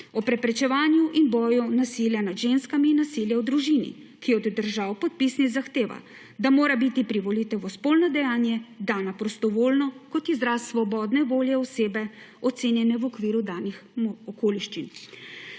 o preprečevanju in boju nasilja nad ženskami in nasilja v družini, ki od držav podpisnic zahteva, da mora biti privolitev spolno dejanje dana prostovoljna, kot izraz svobodne volje osebe, ocenjene v okviru danih okoliščin.